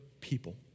people